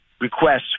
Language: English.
requests